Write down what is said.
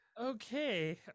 Okay